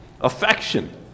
affection